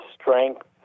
strength